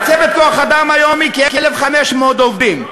מצבת כוח-האדם היום היא כ-1,500 עובדים.